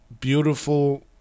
beautiful